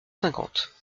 cinquante